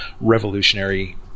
revolutionary